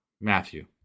Matthew